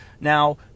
Now